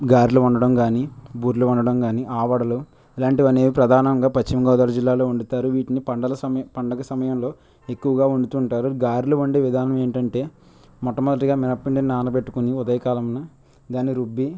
గార్లు వండడం కాని బూరెలు వండడం కాని ఆవడలో ఇలాంటివి ప్రధానంగా పశ్చిమగోదావరి జిల్లాలో వండుతారు వీటిని పండుగ పండుగ సమయంలో ఎక్కువగా వండుతుంటారు గారెలు వండే విధానం ఏంటంటే మొట్టమొదటిగా మినప్పిండి నానబెట్టుకుని ఉదయ కాలంనా దాన్ని రుబ్బి